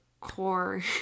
core